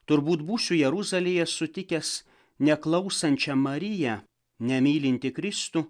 turbūt būsiu jeruzalėje sutikęs neklausančią mariją nemylintį kristų